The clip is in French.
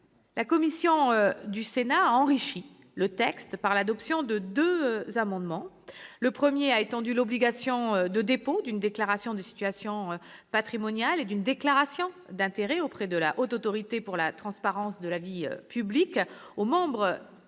La commission des lois du Sénat a enrichi le texte par l'adoption de deux amendements. Le premier a étendu l'obligation de dépôt d'une déclaration de situation patrimoniale et d'une déclaration d'intérêts auprès de la Haute Autorité pour la transparence de la vie publique aux membres